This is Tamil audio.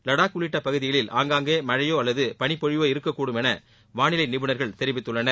லடாக் உள்ளிட்ட பகுதிகளில் ஆங்காங்கே மழழயோ அல்லது பளிப்பொழிவோ இருக்கக்கூடும் என்று வானிலை நிபுணர்கள் தெரிவித்துள்ளனர்